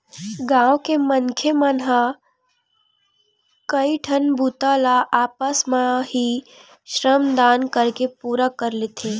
गाँव के मनखे मन ह कइठन बूता ल आपस म ही श्रम दान करके पूरा कर लेथे